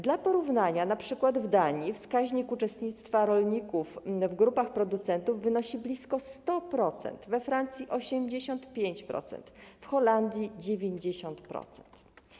Dla porównania np. w Danii wskaźnik uczestnictwa rolników w grupach producentów wynosi blisko 100%, we Francji - 85%, w Holandii - 90%.